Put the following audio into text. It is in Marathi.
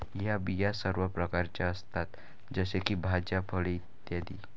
या बिया सर्व प्रकारच्या असतात जसे की भाज्या, फळे इ